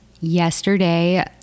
Yesterday